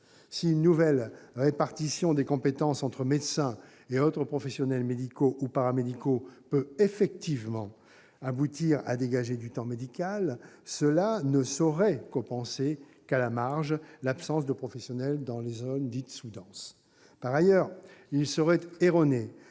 Si une nouvelle répartition des compétences entre médecins et autres professionnels médicaux ou paramédicaux peut effectivement aboutir à dégager du temps médical, elle ne saurait compenser qu'à la marge l'absence de professionnels dans les zones sous-denses. Par ailleurs, il serait erroné